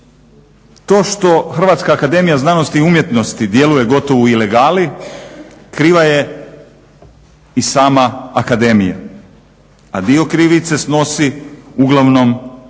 to što Hrvatska akademija znanosti i umjetnosti djeluje gotovo u ilegali kriva je i sama akademija. A dio krivice snosi uglavnom